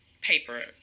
paper